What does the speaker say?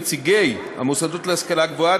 נציגי המוסדות להשכלה גבוהה,